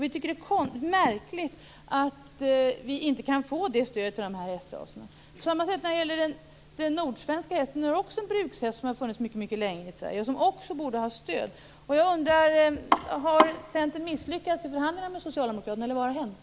Vi tycker att det är märkligt att vi inte kan få det stödet till den hästrasen. På samma sätt är det med den nordsvenska hästen, som också är en hästras som har funnits mycket länge i Sverige och som borde ha stöd. Har Centern misslyckats i förhandlingarna med Socialdemokraterna, eller vad har hänt?